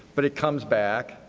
but it comes back